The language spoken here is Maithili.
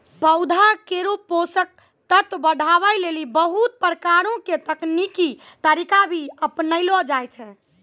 पौधा केरो पोषक तत्व बढ़ावै लेलि बहुत प्रकारो के तकनीकी तरीका भी अपनैलो जाय छै